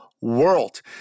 world